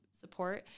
support